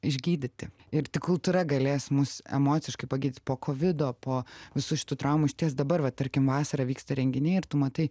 išgydyti ir tik kultūra galės mus emociškai pagyt po kovido po visų šitų traumų išties dabar va tarkim vasarą vyksta renginiai ir tu matai